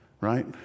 right